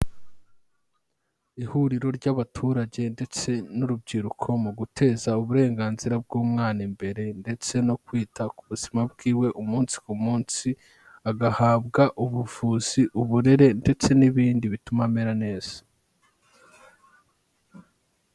Ihuriro ry'abaturage ndetse n'urubyiruko mu guteza uburenganzira bw'umwana imbere ndetse no kwita ku buzima bwiwe umunsi ku munsi, agahabwa ubuvuzi, uburere ndetse n'ibindi bituma amera neza.